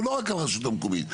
ולא רק הרשות המקומית.